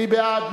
מי בעד?